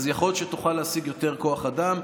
יכול להיות שתוכל להשיג יותר כוח אדם,